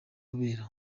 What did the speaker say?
kubera